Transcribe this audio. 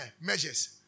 measures